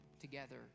together